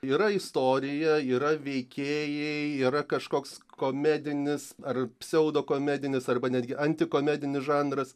yra istorija yra veikėjai yra kažkoks komedinis ar pseudokomedinis arba netgi antikomedinis žanras